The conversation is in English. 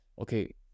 Okay